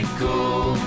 cool